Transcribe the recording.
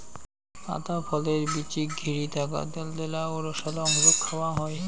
আতা ফলের বীচিক ঘিরি থাকা ত্যালত্যালা ও রসালো অংশক খাওয়াং হই